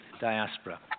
diaspora